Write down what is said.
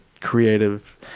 creative